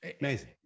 Amazing